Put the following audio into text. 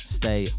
stay